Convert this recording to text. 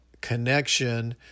connection